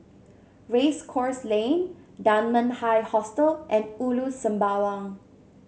Race Course Lane Dunman High Hostel and Ulu Sembawang